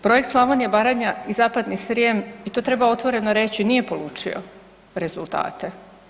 Projekt Slavonija, Baranja i zapadni Srijem“ i to treba otvoreno reći, nije polučio rezultate.